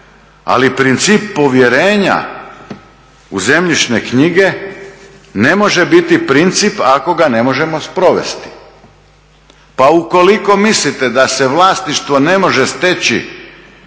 ali princip povjerenja u zemljišne knjige ne može biti princip ako ga ne možemo sprovesti. Pa ukoliko mislite da se vlasništvo ne može steći